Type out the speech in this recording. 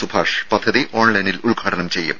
സുഭാഷ് പദ്ധതി ഓൺലൈനിൽ ഉദ്ഘാടനം ചെയ്യും